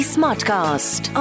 Smartcast